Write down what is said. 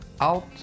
out